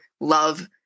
love